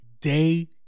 day